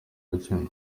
mukino